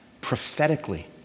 prophetically